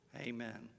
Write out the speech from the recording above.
amen